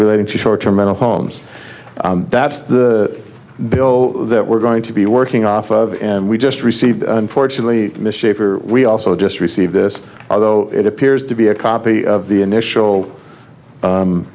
relating to short term mental homes that's the bill that we're going to be working off of and we just received unfortunately miss shaper we also just received this although it appears to be a copy of the initial